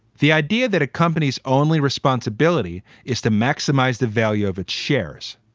the idea that a company's only responsibility is to maximize the value of its shares.